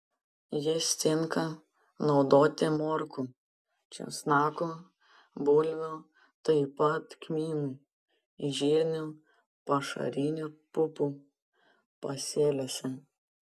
jis tinka naudoti morkų česnakų bulvių taip pat kmynų žirnių pašarinių pupų pasėliuose